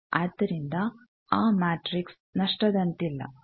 ಆದ್ದರಿಂದ ಆ ಮ್ಯಾಟ್ರಿಕ್ಸ್ ನಷ್ಟದಂತಿಲ್ಲ